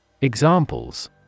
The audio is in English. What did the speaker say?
Examples